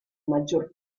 maggior